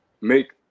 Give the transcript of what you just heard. make